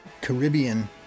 Caribbean